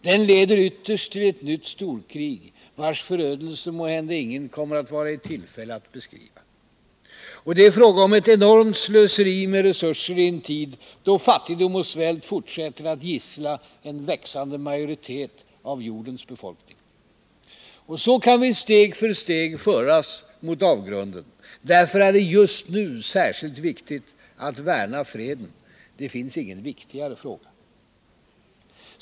Den leder ytterst till ett nytt storkrig, vars förödelse måhända ingen kommer att vara i tillfälle att beskriva. Och det är fråga om ett enormt slöseri med resurser i en tid då fattigdom och svält fortsätter att gissla en växande majoritet av jordens befolkning. Så kan vi steg för steg föras mot avgrunden. Därför är det just nu särskilt viktigt att värna freden. Det finns ingen viktigare fråga.